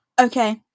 Okay